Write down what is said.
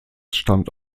stammt